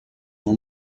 uma